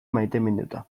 maiteminduta